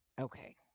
okay